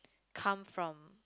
come from